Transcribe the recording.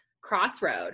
crossroad